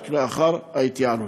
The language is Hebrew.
רק לאחר ההתייעלות.